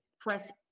press